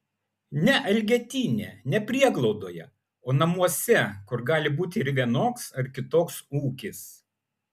ne elgetyne ne prieglaudoje o namuose kur gali būti ir vienoks ar kitoks ūkis